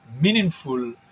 meaningful